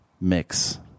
mix